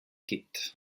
gibt